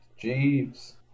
Jeeves